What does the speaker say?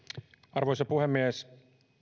arvoisa puhemies